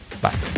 Bye